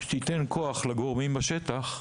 שתיתן את הכוח לגורמים בשטח,